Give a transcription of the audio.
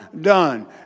done